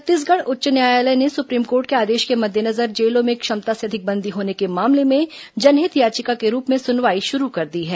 छत्तीसगढ़ उच्च न्यायालय ने सुप्रीम कोर्ट के आदेश के मद्देनजर जेलों में क्षमता से अधिक बंदी होने के मामले में जनहित याचिका के रूप में सुनवाई शुरू कर दी है